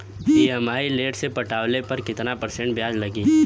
EMI late से पटावे पर कितना परसेंट ब्याज लगी?